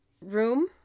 room